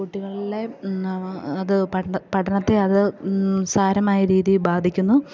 കുട്ടികളിലെ അത് പഠനത്തെ അത് സാരമായ രീതിയിൽ ബാധിക്കുന്നു